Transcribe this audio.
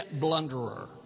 blunderer